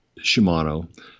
Shimano